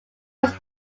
was